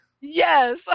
Yes